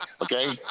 Okay